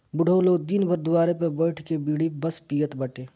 बुढ़ऊ लोग दिन भर दुआरे पे बइठ के बीड़ी बस पियत बाटे